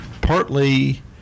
Partly